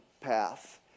path